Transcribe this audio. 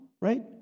right